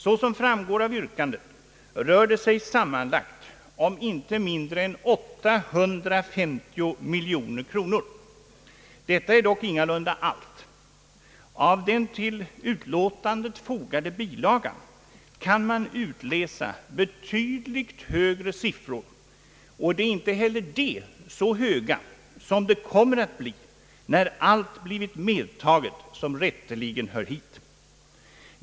Såsom framgår av yrkandena rör det sig sammanlagt om inte mindre än 850 miljoner kronor. Detta är dock ingalunda allt. Av den till utlåtandet fogade bilagan kan man utläsa betydligt högre siffror, och inte heller de är så höga som de kommer att bli när allt som rätteligen hör hit blivit medtaget.